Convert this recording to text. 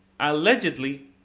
Allegedly